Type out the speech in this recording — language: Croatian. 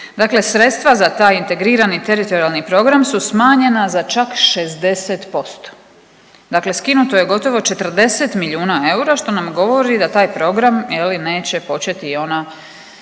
dakle sredstva za taj integrirani teritorijalni program su smanjena za čak 60%, dakle skinuto je gotovo 40 milijuna eura što nam govori da taj program neće početi ona